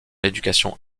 l’éducation